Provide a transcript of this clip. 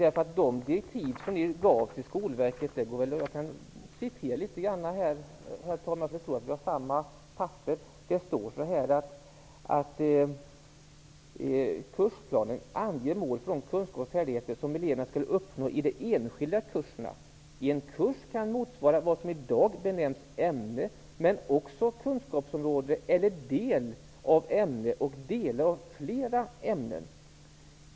I de direktiv som ni gav Skolverket står det bl.a.: Kursplanen anger mål för de kunskaper och färdigheter som eleverna skall uppnå i de enskilda kurserna. En kurs kan motsvaras av vad som i dag benämns ämne, men också kunskapsområde eller del av ämne och delar av flera ämnen.